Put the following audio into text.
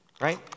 right